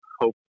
hope